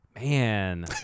Man